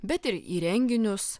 bet ir į renginius